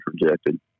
rejected